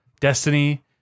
Destiny